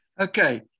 Okay